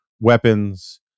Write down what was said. weapons